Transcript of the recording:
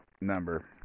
number